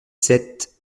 sept